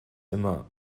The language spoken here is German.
immer